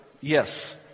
Yes